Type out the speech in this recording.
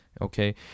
okay